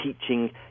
teaching